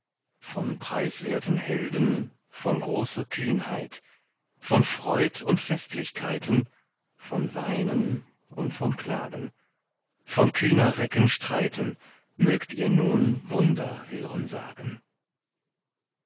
von preiswerten helden von großer kühnheit von freud und festlichkeiten von weinen und von klagen von kühner recken streiten mögt ihr nun wunder hören sagen